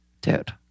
Dude